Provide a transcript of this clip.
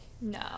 no